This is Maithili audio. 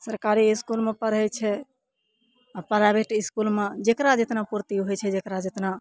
सरकारी इसकुलमे पढ़य छै प्राइवेट इसकुलमे जेकरा जेतना पूर्ति होइ छै जकरा जेतना